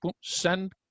send